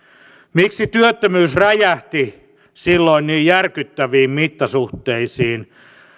miksi työttömyys räjähti silloin niin järkyttäviin mittasuhteisiin